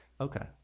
Okay